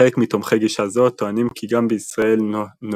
חלק מתומכי גישה זו טוענים גם כי בישראל נוהג